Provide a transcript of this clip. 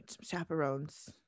Chaperones